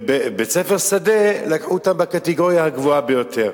ובית-ספר שדה, לקחו אותם בקטגוריה הגבוהה ביותר.